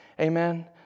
Amen